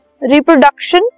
Reproduction